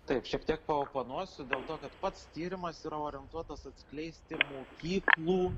taip šiek tiek paoponuosiu dėl to kad pats tyrimas yra orientuotas atskleisti mokyklų